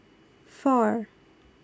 four